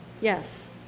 Yes